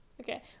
Okay